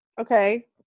Okay